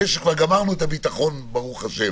אחרי שכבר גמרנו את הביטחון ברוך השם